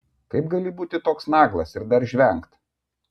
kaip gali būti toks naglas ir dar žvengt